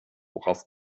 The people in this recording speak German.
worauf